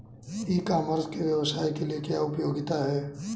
ई commerce के व्यवसाय के लिए क्या उपयोगिता है?